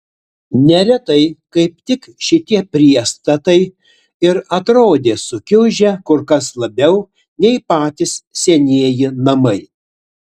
neretai kaip tik šitie priestatai ir atrodė sukiužę kur kas labiau nei patys senieji namai